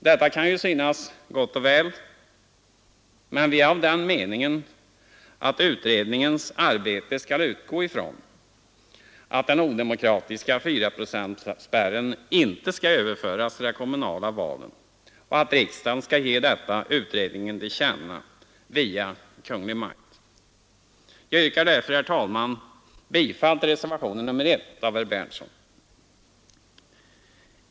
Detta kan synas gott och väl, men vi är av den meningen att utredningens arbete skall utgå ifrån att den odemokratiska fyraprocentsspärren inte skall överföras till de kommunala valen och att riksdagen skall ge utredningen detta till känna via Kungl. Maj:t. Jag yrkar därför, herr talman, bifall till reservationen 1 av herr Berndtson.